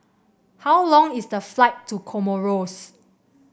how long is the flight to Comoros